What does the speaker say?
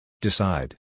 Decide